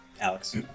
Alex